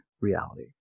reality